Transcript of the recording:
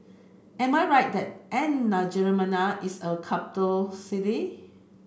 am I right that N'Djamena is a capital city